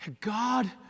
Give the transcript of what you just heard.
God